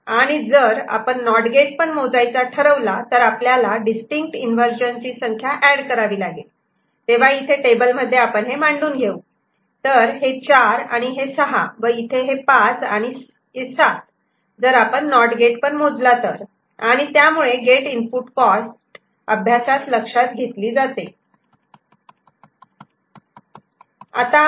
आणि जर आपण नॉट गेट पण मोजायचा ठरवला तर आपल्याला डिस्टिंक्ट इन्वर्जन ची संख्या ऍड करावी लागेल तेव्हा इथे टेबल मध्ये आपण हे मांडून घेऊ तर हे 4 आणि हे 6 व इथे हे पाच आणि सात जर आपण नॉट गेट पण मोजला तर आणि त्यामुळे गेट इनपुट कॉस्ट अभ्यासात लक्षात घेतली जाते